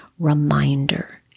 reminder